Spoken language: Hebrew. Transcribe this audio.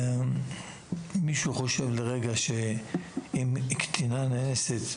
מישהו חושב לרגע שאם קטינה נאנסת,